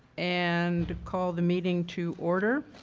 and called the meeting to order